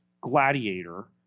Gladiator